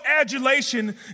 adulation